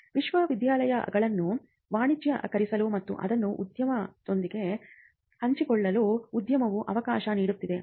ವಿಶ್ವವಿದ್ಯಾನಿಲಯಗಳನ್ನು ವಾಣಿಜ್ಯೀಕರಿಸಲು ಮತ್ತು ಅದನ್ನು ಉದ್ಯಮದೊಂದಿಗೆ ಹಂಚಿಕೊಳ್ಳಲು ರಾಜ್ಯವು ಅವಕಾಶ ನೀಡುತ್ತಿದೆ